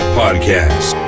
podcast